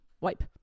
wipe